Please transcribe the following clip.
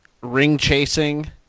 ring-chasing